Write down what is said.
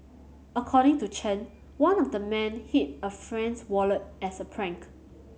according to Chen one of the men hid a friend's wallet as a prank